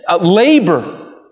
labor